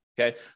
Okay